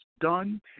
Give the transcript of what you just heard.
done